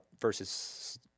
versus